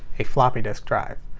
a floppy disk drive.